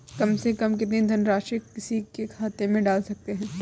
कम से कम कितनी धनराशि किसी के खाते में डाल सकते हैं?